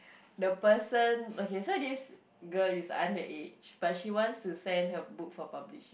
the person okay so this girl is underage but she wants to send her book for publishing